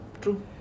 True